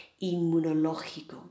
inmunológico